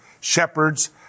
shepherds